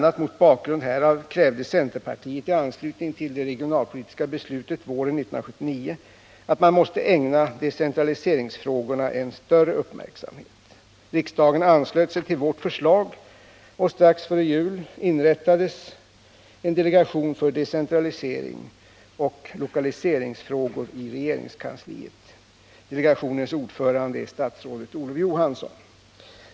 a. mot bakgrund härav krävde centerpartiet i anslutning till det regionalpolitiska beslutet våren 1979 att decentraliseringsfrågorna måste ägnas större uppmärksamhet. Riksdagen anslöt sig till vårt förslag, och strax före jul inrättades en delegation för decentraliseringsoch lokaliseringsfrågor i regeringskansliet. Delegationens ordförande är statsrådet Olof Johansson.